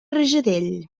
rajadell